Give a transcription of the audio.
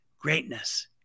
Greatness